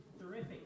Terrific